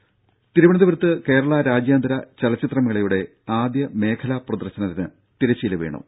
രുര തിരുവനന്തപുരത്ത് കേരളാ രാജ്യാന്തര ചലച്ചിത്ര മേളയുടെ ആദ്യ മേഖലാ പ്രദർശനത്തിന് തിരശീല വീണു